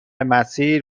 مسیر